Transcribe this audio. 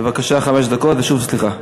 בבקשה, חמש דקות, ושוב סליחה.